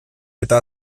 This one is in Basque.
eta